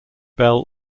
bell